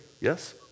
Yes